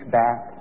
back